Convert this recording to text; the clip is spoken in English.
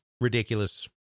ridiculous